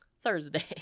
Thursday